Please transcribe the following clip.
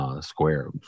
square